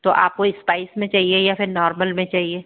तो आपको स्पाइस में चाहिए या फिर नॉर्मल में चाहिए